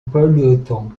peloton